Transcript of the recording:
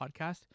podcast